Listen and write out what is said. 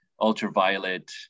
ultraviolet